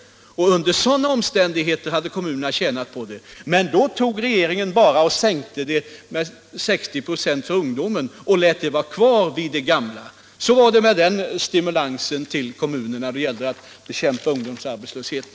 Under sådana omständigheter hade kommunerna tjänat på ändringen, men regeringen minskade bidraget till arbeten för ungdom till 60 96 och lät i övrigt allt vara vid det gamla. Så var det med den stimulansen till kommunerna att bekämpa ungdomsarbetslösheten!